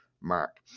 mark